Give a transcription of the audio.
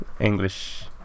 english